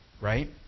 right